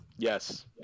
Yes